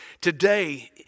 Today